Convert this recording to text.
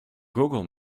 google